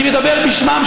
אני מדבר בשמן,